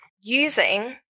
Using